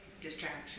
distraction